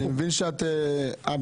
אני מבין שאת אה,